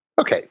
Okay